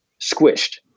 squished